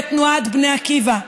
בתנועת בני עקיבא.